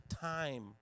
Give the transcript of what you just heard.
time